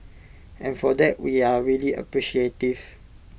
and for that we are really appreciative